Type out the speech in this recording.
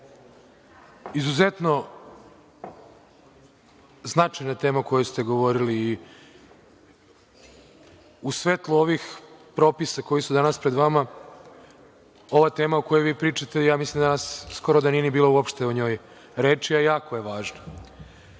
izuzetno značajna tema o kojoj ste govorili i u svetlu ovih propisa koji su danas pred vama, ova tema o kojoj vi pričate, ja mislim da danas skoro da nije ni bilo uopšte o njoj reči, a jako je